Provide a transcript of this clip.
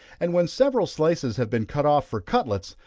and when several slices have been cut off for cutlets,